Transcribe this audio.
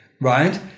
right